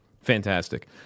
fantastic